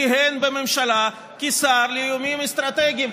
כיהן בממשלה כשר לאיומים אסטרטגיים.